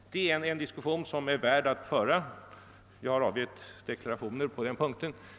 Det är en diskussion som är värd att föra. Jag har avgett deklarationer på den punkten.